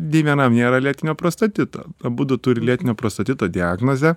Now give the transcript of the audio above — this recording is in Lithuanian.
nei vienam nėra lėtinio prostatito abudu turi lėtinio prostatito diagnozę